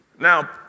Now